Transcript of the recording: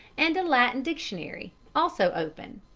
and a latin dictionary, also open.